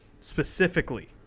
specifically